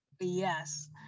yes